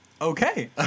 Okay